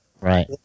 Right